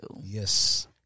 Yes